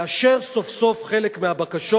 לאשר סוף-סוף חלק מהבקשות.